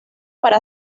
para